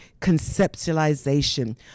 conceptualization